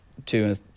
two